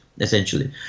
essentially